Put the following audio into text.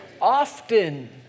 Often